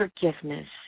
forgiveness